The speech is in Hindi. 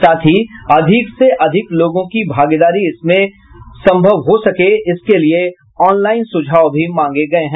साथ ही अधिक से अधिक लोगों की भागीदारी इसमें हो इसलिए ऑनलाईन सुझाव भी मांगे गये हैं